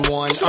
one